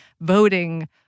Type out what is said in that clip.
voting